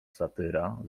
satyra